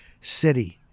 City